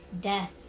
death